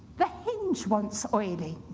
the hinge wants oiling.